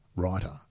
writer